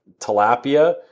tilapia